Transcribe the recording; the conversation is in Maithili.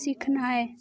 सिखनाइ